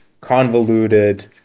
convoluted